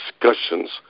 discussions